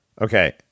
Okay